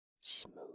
smooth